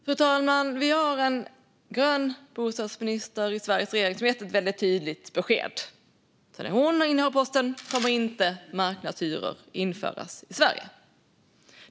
Fru talman! Vi har en grön bostadsminister i Sveriges regering som har gett ett väldigt tydligt besked: Så länge hon innehar posten kommer inte marknadshyror att införas i Sverige.